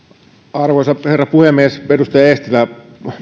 arvoisa herra puhemies edustaja eestilä